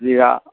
জিয়া